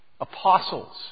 Apostles